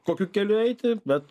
kokiu keliu eiti bet